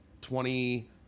Twenty